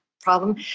problem